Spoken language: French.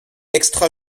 extra